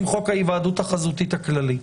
עם חוק ההיוועדות החזותית הכללי.